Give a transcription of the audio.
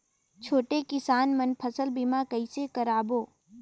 छोटे किसान मन फसल बीमा कइसे कराबो?